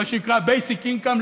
מה שנקרא basic income,